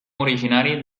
originari